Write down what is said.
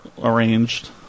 arranged